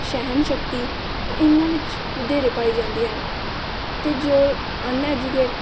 ਸਹਿਣਸ਼ਕਤੀ ਇਹਨਾਂ ਵਿੱਚ ਵਧੇਰੇ ਪਾਈ ਜਾਂਦੀ ਹੈ ਅਤੇ ਜੋ ਅਨਐਜੂਕੇਟ